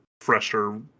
fresher